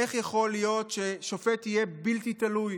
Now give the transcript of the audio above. איך יכול להיות ששופט יהיה בלתי תלוי,